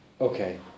okay